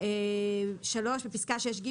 (3)בפסקה (6ג),